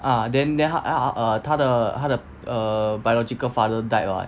ah then then 她她 err 她她的 err biological father died [what]